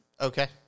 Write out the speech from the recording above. Okay